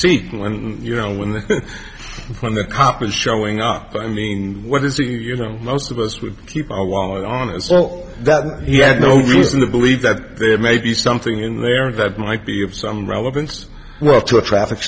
seat when you know when the when the cop is showing up i mean what is it you know most of us would keep our eye on a cell that he had no reason to believe that there may be something in there that might be of some relevance well to a traffic